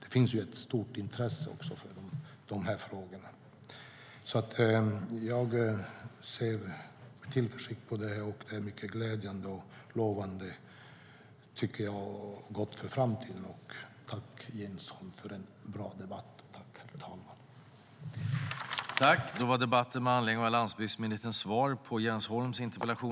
Det finns ett stort intresse för dessa frågor. Jag ser med tillförsikt på det. Det är mycket glädjande och lovar gott för framtiden. Jag tackar Jens Holm för en bra debatt.